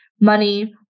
money